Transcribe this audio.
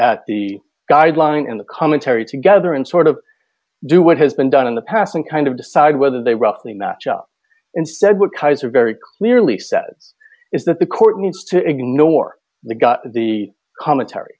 at the guideline in the commentary together and sort of do what has been done in the past and kind of decide whether they roughly match up instead what kaiser very clearly says is that the court needs to ignore the got the cometary